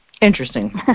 interesting